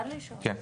כן.